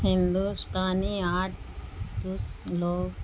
ہندوستانی آرٹوس لو